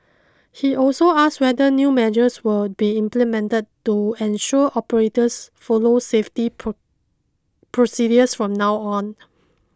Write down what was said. he also asked whether new measures would be implemented to ensure the operators follow safety procedures from now on